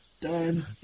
Done